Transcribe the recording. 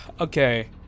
Okay